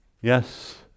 yes